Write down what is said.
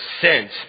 sent